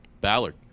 Ballard